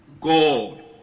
God